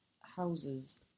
Houses